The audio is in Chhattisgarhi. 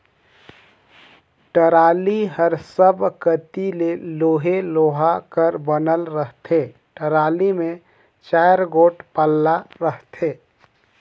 टराली हर सब कती ले लोहे लोहा कर बनल रहथे, टराली मे चाएर गोट पल्ला रहथे